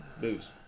Booze